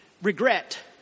Regret